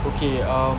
okay um